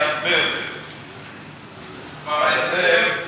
היה הרבה יותר טוב,